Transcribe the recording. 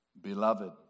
Beloved